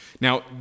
Now